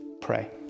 Pray